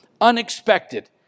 unexpected